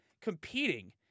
competing